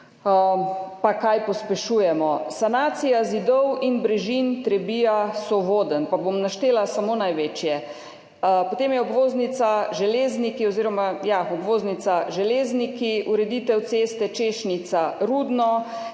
Kaj pospešujemo? Sanacija zidov in brežin Trebija–Sovodenj, pa bom naštela samo največje. Potem je obvoznica Železniki, ureditev ceste Češnjica–Rudno,